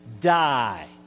die